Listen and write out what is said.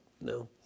No